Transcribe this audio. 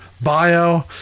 bio